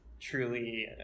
truly